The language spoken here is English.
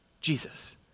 Jesus